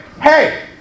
hey